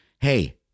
Hey